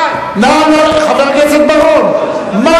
חבר הכנסת בר-און.